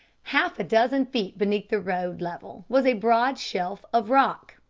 half a dozen feet beneath the road level was a broad shelf of rock.